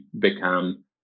become